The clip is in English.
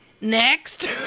next